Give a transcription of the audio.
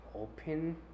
open